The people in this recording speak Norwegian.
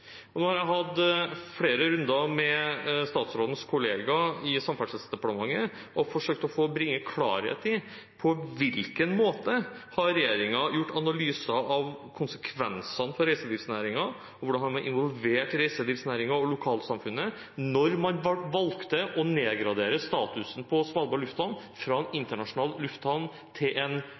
Nå har jeg hatt flere runder med statsrådens kollega i Samferdselsdepartementet og forsøkt å bringe klarhet i på hvilken måte regjeringen har gjort analyser av konsekvensene for reiselivsnæringen, og hvordan man har involvert reiselivsnæringen og lokalsamfunnet da man valgte å nedgradere statusen på Svalbard lufthavn fra en internasjonal lufthavn til en